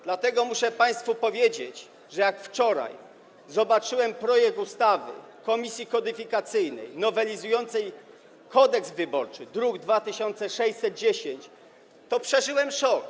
Dlatego muszę państwu powiedzieć, że jak wczoraj zobaczyłem projekt ustawy Komisji Kodyfikacyjnej nowelizującej Kodeks wyborczy, druk nr 2610, to przeżyłem szok.